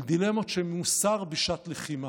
על דילמות של מוסר בשעת לחימה.